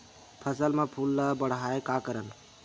फसल म फूल ल बढ़ाय का करन?